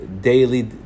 daily